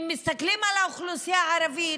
אם מסתכלים על האוכלוסייה הערבית,